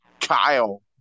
Kyle